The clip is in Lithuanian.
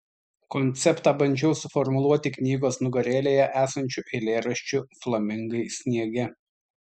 konceptą bandžiau suformuluoti knygos nugarėlėje esančiu eilėraščiu flamingai sniege